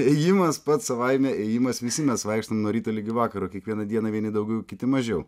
ėjimas pats savaime ėjimas visi mes vaikštom nuo ryto ligi vakaro kiekvieną dieną vieni daugiau kiti mažiau